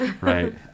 right